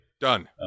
Done